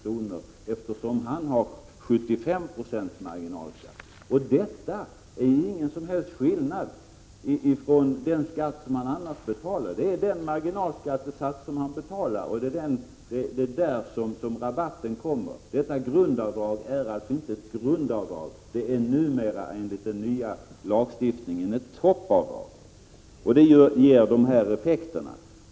i skattelättnad, eftersom han har 75 26 marginalskatt. Det är ingen som helst skillnad mot den skatt som man annars betalar. Det är i fråga om marginalskattesatserna som rabatten kommer in. Detta grundavdrag är alltså inte längre ett grundavdrag. Enligt den nya lagstiftningen är det numera ett toppavdrag, och det är det som ger dessa effekter.